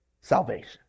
salvation